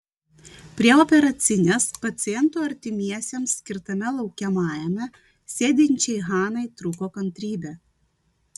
prie operacinės pacientų artimiesiems skirtame laukiamajame sėdinčiai hanai trūko kantrybė